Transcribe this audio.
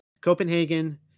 copenhagen